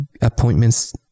appointments